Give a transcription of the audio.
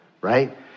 right